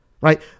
right